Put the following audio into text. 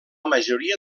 majoria